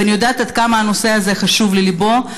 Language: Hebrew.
ואני יודעת עד כמה הנושא הזה חשוב לליבו,